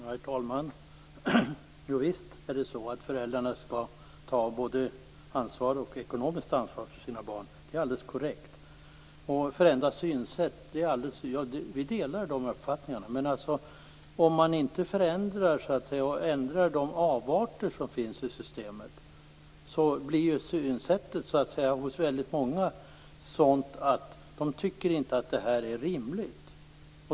Herr talman! Javisst skall föräldrar ta ekonomiskt ansvar för sina barn. Det är alldeles korrekt. Jag delar också uppfattningen om förändrat synsätt. Men om man inte ändrar de avarter som finns i systemet blir ju synsättet hos väldigt många att de inte finner detta rimligt.